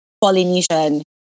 Polynesian